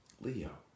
Leo